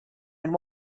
and